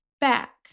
back